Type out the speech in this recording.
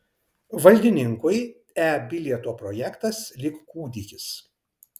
valdininkui e bilieto projektas lyg kūdikis